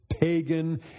pagan